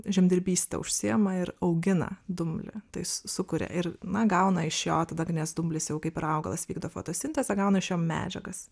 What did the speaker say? žemdirbyste užsiima ir augina dumblį tais sukuria ir na gauna iš jo tada nes dumblis jau kaip ir augalas vykdo fotosintezę gauna iš jo medžiagas